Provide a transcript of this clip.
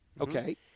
Okay